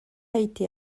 été